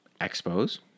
Expos